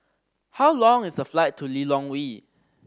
how long is the flight to Lilongwe